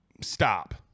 Stop